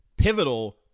Pivotal